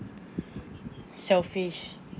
selfish